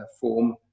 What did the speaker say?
form